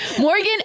Morgan